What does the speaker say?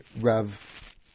Rav